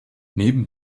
neben